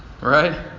Right